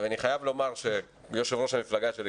אני חייב לומר שיושב-ראש המפלגה שלי,